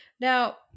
Now